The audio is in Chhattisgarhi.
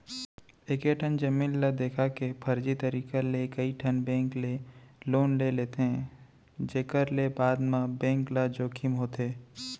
एकेठन जमीन ल देखा के फरजी तरीका ले कइठन बेंक ले लोन ले लेथे जेखर ले बाद म बेंक ल जोखिम होथे